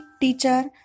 teacher